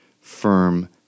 firm